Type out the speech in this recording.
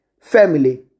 family